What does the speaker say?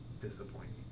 disappointing